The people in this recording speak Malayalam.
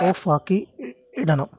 ഓഫ് ആക്കി ഇടണം